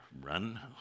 run